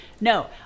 No